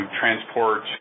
transport